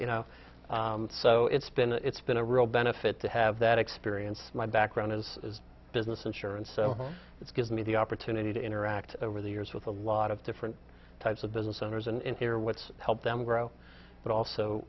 you know so it's been it's been a real benefit to have that experience my background is business insurance so it's gives me the opportunity to interact over the years with a lot of different types of business owners and hear what's helped them grow but